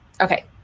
Okay